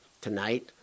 Tonight